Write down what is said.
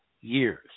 years